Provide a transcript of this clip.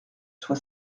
soit